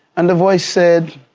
and the voice said,